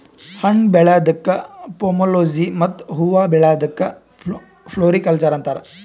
ಹಣ್ಣ್ ಬೆಳ್ಯಾದಕ್ಕ್ ಪೋಮೊಲೊಜಿ ಮತ್ತ್ ಹೂವಾ ಬೆಳ್ಯಾದಕ್ಕ್ ಫ್ಲೋರಿಕಲ್ಚರ್ ಅಂತಾರ್